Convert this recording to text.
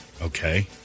Okay